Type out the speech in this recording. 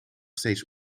steeds